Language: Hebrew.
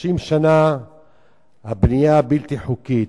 30 שנה הבנייה הבלתי-חוקית,